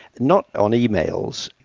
not on emails,